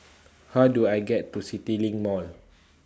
How Do I get to CityLink Mall